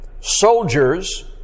soldiers